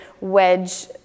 Wedge